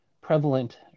prevalent